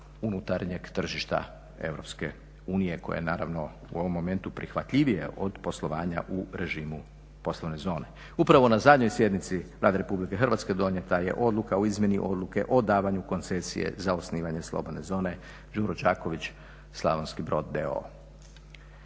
unutarnjeg tržišta EU koja je naravno u ovom momentu prihvatljivije od poslovanja u režimu poslovne zone. Upravo na zadnjoj sjednici Vlade Republike Hrvatske donijeta je odluka o izmjeni odluke o davanju koncesije za osnivanje slobodne zone Đuro Đaković Slavonski Brod d.o.o.